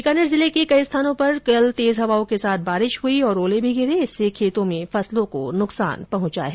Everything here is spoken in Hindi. बीकानेर जिले के कई स्थानों पर कल तेज हवाओं के साथ बारिश हुई और ओले भी गिरे इससे खेतों में फसलों को नुकसान पहुंचा है